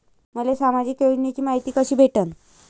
मले सामाजिक योजनेची मायती कशी भेटन?